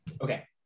Okay